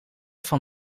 van